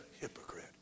hypocrite